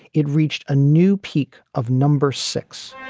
it reached a new peak of number six